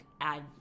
add